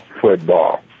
football